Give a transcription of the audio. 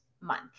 month